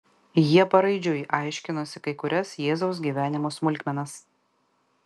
jie paraidžiui aiškinosi kai kurias jėzaus gyvenimo smulkmenas